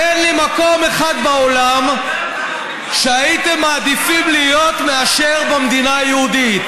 תן לי מקום אחד בעולם שהייתם מעדיפים להיות יותר מאשר במדינה היהודית.